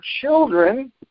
children